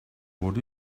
what